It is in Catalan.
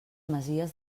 masies